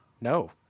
No